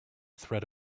threat